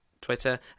Twitter